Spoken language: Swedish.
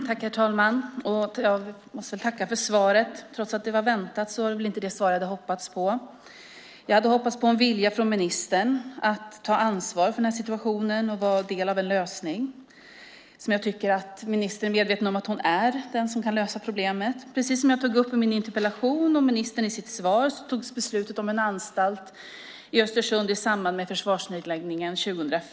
Herr talman! Jag måste väl tacka för svaret. Trots att det var väntat var det inte det svar jag hade hoppats på. Jag hade hoppats på en vilja från ministern att ta ansvar för den aktuella situationen och vara del av en lösning. Jag tror att ministern är medveten om att hon är den som kan lösa problemet. Som jag säger i min interpellation, och ministern i sitt svar, fattades beslut om en anstalt i Östersund i samband med försvarsnedläggningen 2004.